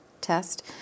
test